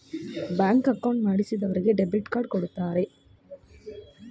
bank account ಮಾಡಿಸಿದರಿಗೆ debit card ಕೊಡ್ತಾರೆ